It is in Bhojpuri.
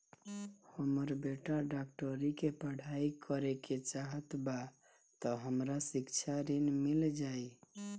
हमर बेटा डाक्टरी के पढ़ाई करेके चाहत बा त हमरा शिक्षा ऋण मिल जाई?